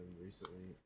recently